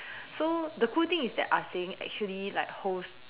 so the cool thing is that ah Seng actually like hosts